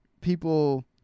people